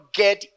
get